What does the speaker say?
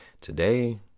today